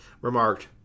remarked